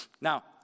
Now